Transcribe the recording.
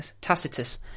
Tacitus